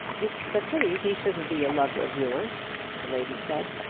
it's a pity he shouldn't be a lover of yours, the lady said,